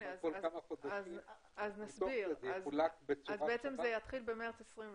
אז הדיווח הראשון יתחיל במרס 2021,